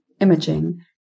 imaging